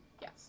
Yes